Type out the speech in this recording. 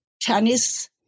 Chinese